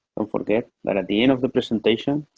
don't forget that at the end of the presentation,